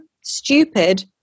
stupid